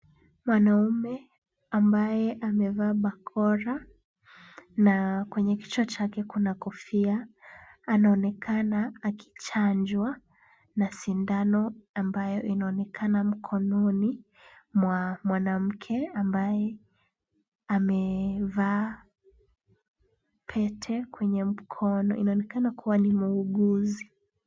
Mwanaume ambaye amevaa barakoa na kwenye kichwa chake kuna kofia. Anaonekana akichanjwa na sindano ambayo inaonekana mkononi mwa mwanamke ambaye amevaa pete kwenye mkono. Inaonekana kuwa ni muuguzi.